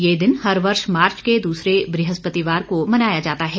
यह दिन हर वर्ष मार्च के दूसरे बृहस्पतिवार को मनाया जाता है